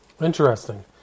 Interesting